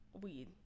Weed